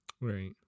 Right